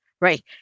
right